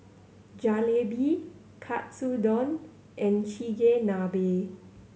Jalebi Katsudon and Chigenabe